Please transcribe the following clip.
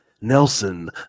Nelson